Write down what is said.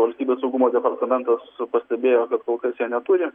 valstybės saugumo departamentas pastebėjo kad kol kas jie neturi